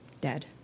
Dead